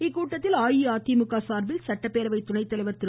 இக்கூட்டத்தில் அஇஅதிமுக சார்பில் சட்டப்பேரவைத் துணைத்தலைவர் திரு